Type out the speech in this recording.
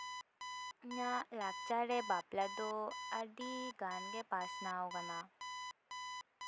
ᱤᱧᱟᱹᱜ ᱞᱟᱠᱪᱟᱨ ᱨᱮ ᱵᱟᱯᱞᱟ ᱫᱚ ᱟᱹᱰᱤ ᱜᱟᱱᱜᱮ ᱯᱟᱥᱱᱟᱣ ᱠᱟᱱᱟ